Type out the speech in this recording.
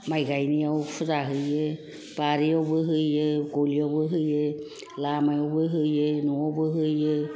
माइ गायनायाव फुजा होयो बारियावबो होयो गलियावबो होयो लामायावबो होयो न' आवबो होयो